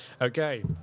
Okay